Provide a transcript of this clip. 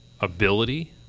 ability